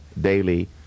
daily